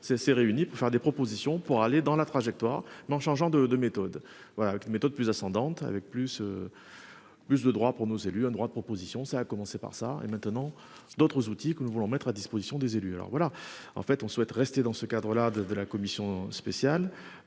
s'est réuni pour faire des propositions pour aller dans la trajectoire mais en changeant de méthode, voilà une méthode plus ascendante avec plus. Plus de droits pour nos élus un droit de proposition. Ça a commencé par ça et maintenant d'autres outils que nous voulons mettre à disposition des élus. Alors voilà. En fait on souhaite rester dans ce cadre là de de la Commission spéciale